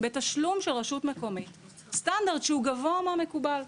בתשלום של רשות מקומית סטנדרט שהוא גבוה מהמקובל.